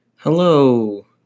Hello